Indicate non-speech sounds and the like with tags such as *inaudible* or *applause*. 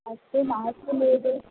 अस्तु मास्तु *unintelligible*